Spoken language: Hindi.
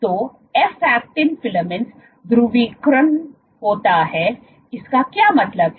तॊ एफ ऐक्टिन फिलामेंट्स ध्रुवीकरण होता है इसका क्या मतलब है